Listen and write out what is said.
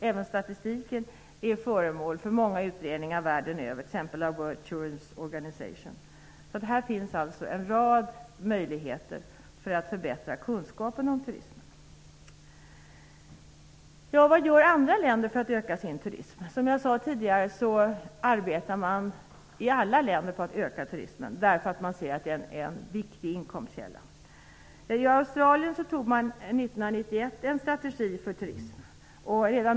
Även statistiken är föremål för många utredningar världen över, t.ex. av World Tourism Organization. Här finns alltså en rad möjligheter att förbättra kunskaperna om turismen. Vad gör andra länder för att öka sin turism. Som jag sade tidigare arbetar man i alla länder på att öka turismen därför att man ser att den är en viktig inkomstkälla. I Australien antog man 1991 en strategi för turism.